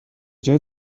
جای